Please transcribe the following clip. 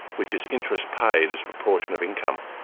which is interest paid as a proportion of income.